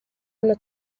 hano